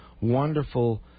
wonderful